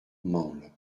mansle